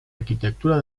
arquitectura